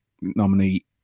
nominee